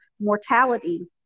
mortality